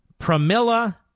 Pramila